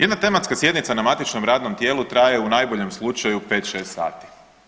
Jedna tematska sjednica na matičnom tijelu traje u najboljem slučaju 5-6 sati.